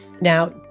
Now